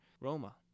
Roma